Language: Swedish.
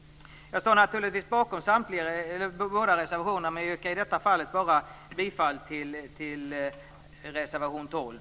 Jag står naturligtvis bakom båda våra reservationer, men jag yrkar bifall bara till reservation 12.